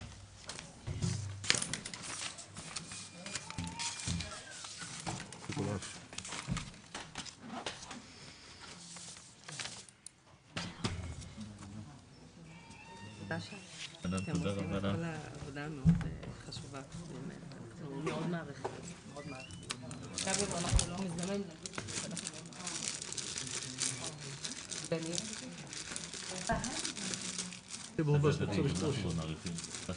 11:05.